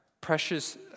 precious